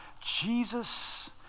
Jesus